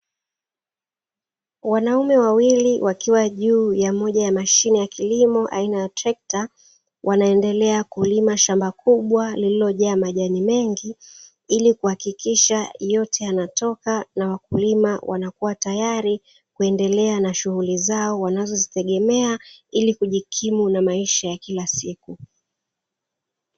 Wanaume wawili wakiwa juu ya moja ya mashine ya kilimo aina ya trekta, wanaendelea kulima shamba kubwa lililojaa majani mengi, ili kuhakikisha yote yanatoka na wakulima wanakuwa tayari kuendelea na shughuli zao wanazozitegemea, ili kujikimu na maisha ya kila siku.